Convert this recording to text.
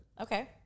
Okay